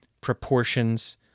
proportions